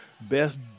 best